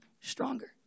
stronger